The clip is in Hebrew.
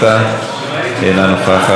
חבר הכנסת טלב אבו עראר,